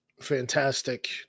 fantastic